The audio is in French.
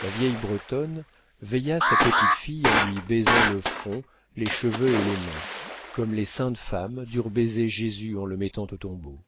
la vieille bretonne veilla sa petite-fille en lui baisant le front les cheveux et les mains comme les saintes femmes durent baiser jésus en le mettant au tombeau